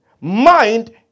mind